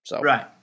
Right